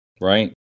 Right